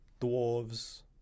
Dwarves